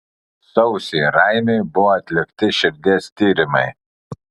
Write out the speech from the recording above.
sausį raimiui buvo atlikti širdies tyrimai